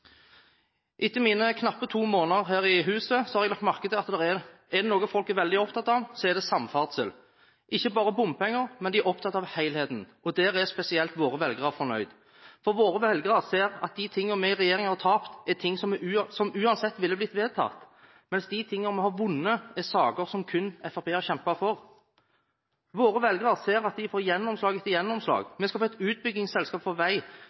Etter mine knappe to måneder her i huset har jeg lagt merke til at er det noe folk er veldig opptatt av, så er det samferdsel. De er ikke bare opptatt av bompenger, men av helheten, og der er spesielt våre velgere fornøyde. Våre velgere ser at de tingene vi har tapt i regjering, er ting som uansett ville blitt vedtatt, mens de tingene vi har vunnet, er saker som kun Fremskrittspartiet har kjempet for. Våre velgere ser at de får gjennomslag etter gjennomslag. Vi skal få et utbyggingsselskap for vei,